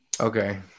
Okay